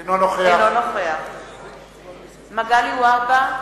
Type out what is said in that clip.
אינו נוכח מגלי והבה,